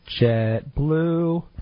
JetBlue